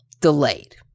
delayed